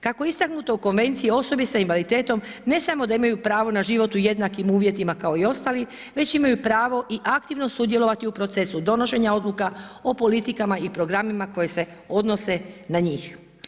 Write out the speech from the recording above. Kako je istaknuto u Konvenciji, osobe sa invaliditetom ne samo da imaju pravo na život u jednakim uvjetima kao i ostali, već imaju pravo i aktivno sudjelovati u procesu donošenja odluka, o politikama i programima koji se odnose na njih.